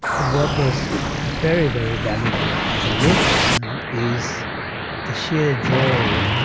what was very, very valuable as a layperson is the sheer joy